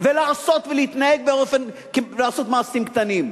ולהתנהג ולעשות מעשים קטנים.